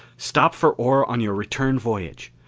stop for ore on your return voyage.